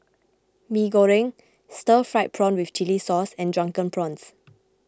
Mee Goreng Stir Fried Prawn with Chili Sauce and Drunken Prawns